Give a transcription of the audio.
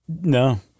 No